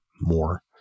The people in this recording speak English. more